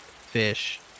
fish